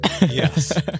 Yes